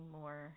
more